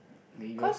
maybe